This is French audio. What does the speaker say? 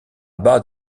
bas